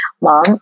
Mom